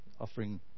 offering